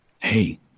Hey